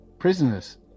prisoners